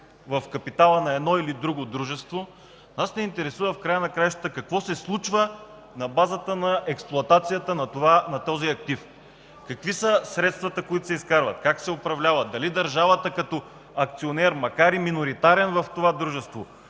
в капитала на едно или друго дружество, нас ни интересува, в края на краищата, какво се случва на базата на експлоатацията на този актив – какви са средствата, които се изкарват, как се управляват? Дали държавата като акционер, макар и миноритарен в това дружество,